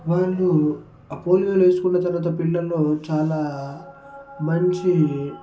వాళ్ళు ఆ పోలియో వేసుకున్న తర్వాత పిల్లల్లో చాలా మంచి